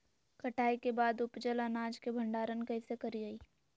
कटाई के बाद उपजल अनाज के भंडारण कइसे करियई?